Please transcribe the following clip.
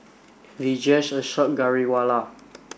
Vijesh Ashok Ghariwala